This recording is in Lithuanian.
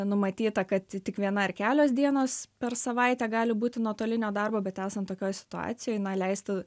numatyta kad tik viena ar kelios dienos per savaitę gali būti nuotolinio darbo bet esant tokioj situacijoj na leisti